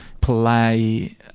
play